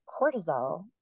cortisol